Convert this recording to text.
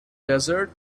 desert